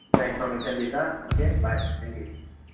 information दिता okay bye thank you